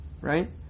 right